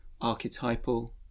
archetypal